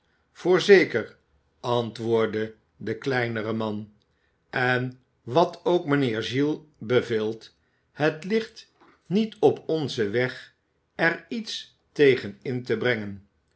voorzeker antwoordde de kleinere man en wat ook mijnheer giles beveelt het ligt niet op onzen weg er iets tegen in te brengen